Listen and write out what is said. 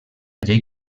llei